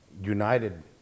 united